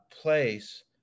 place